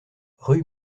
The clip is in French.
rue